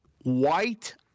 white